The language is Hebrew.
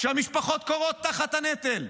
כשהמשפחות כורעות תחת הנטל,